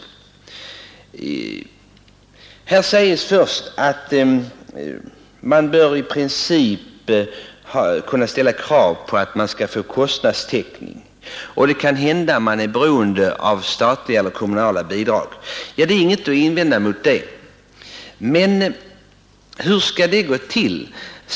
I svaret sägs först att SJ i princip bör kunna ställa krav på kostnadstäckning och att man därför kan vara beroende av statliga eller kommunala bidrag. Det är ingenting att invända mot det. Men hur skall det gå till?